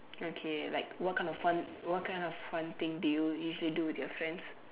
okay like what kind of fun what kind of fun thing do you usually do with your friends